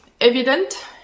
evident